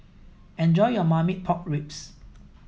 enjoy your Marmite Pork Ribs